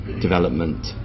development